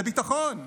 זה ביטחון.